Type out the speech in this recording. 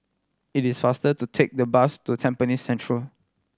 it is faster to take the bus to Tampines Central